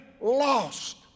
lost